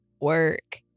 work